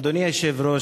אדוני היושב-ראש,